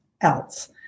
else